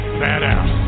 badass